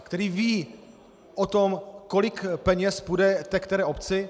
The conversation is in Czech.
Který ví o tom, kolik peněz půjde té které obci?